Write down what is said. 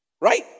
Right